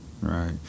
Right